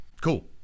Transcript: Cool